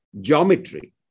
geometry